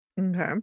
Okay